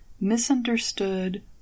misunderstood